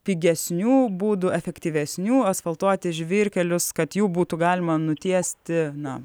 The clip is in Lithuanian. pigesnių būdų efektyvesnių asfaltuoti žvyrkelius kad jų būtų galima nutiesti na